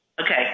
Okay